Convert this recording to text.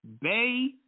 Bay